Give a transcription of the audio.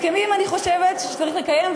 אני חושבת שהסכמים צריך לקיים,